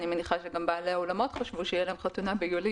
אני מניחה שגם בעלי האולמות חשבו שתהיה חתונה במאי,